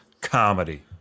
comedy